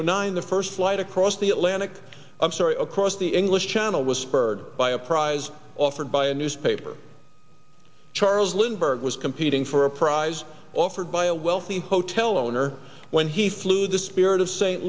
thousand nine the first flight across the atlantic of story across the english channel was spurred by a prize offered by a newspaper charles lindbergh was competing for a prize offered by a wealthy hotel owner when he flew the spirit of st